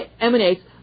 emanates